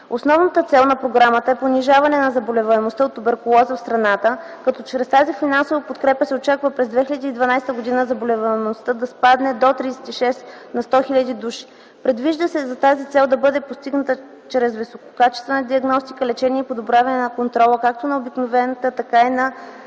Основната цел на Програмата е понижаване на заболеваемостта от туберкулоза в страната, като чрез тази финансова подкрепа се очаква през 2012 г. заболеваемостта да спадне до 36 на 100 хил. души. Предвижда се тази цел да бъде постигната чрез висококачествена диагностика, лечение и подобряване на контрола както на обикновената, така и на